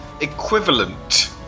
Equivalent